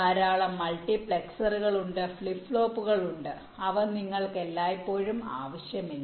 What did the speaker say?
ധാരാളം മൾട്ടിപ്ലക്സറുകൾ ഉണ്ട് ഫ്ലിപ്പ് ഫ്ലോപ്പുകൾ ഉണ്ട് അവ നിങ്ങൾക്ക് എല്ലായ്പ്പോഴും ആവശ്യമില്ല